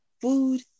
Food